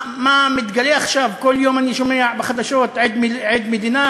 מה מתגלה עכשיו, כל יום אני שומע בחדשות עד מדינה,